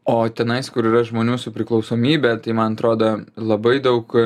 o tenais kur yra žmonių su priklausomybe tai man atrodo labai daug